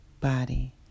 body